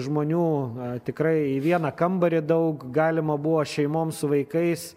žmonių tikrai į vieną kambarį daug galima buvo šeimoms su vaikais